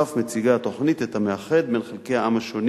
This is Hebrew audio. בנוסף מציגה התוכנית את המאחד בין חלקי העם השונים